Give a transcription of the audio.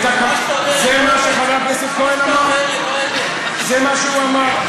מה שאתה אומר אינו אמת, זה מה שחבר הכנסת כהן אמר.